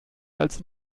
als